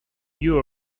you